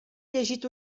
llegit